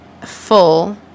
full